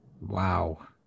wow